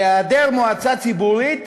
בהיעדר מועצה ציבורית,